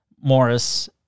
Morris